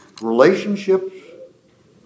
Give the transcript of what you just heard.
Relationships